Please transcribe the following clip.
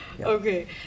Okay